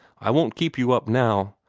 i won't keep you up now.